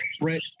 Brett